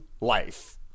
life